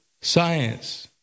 science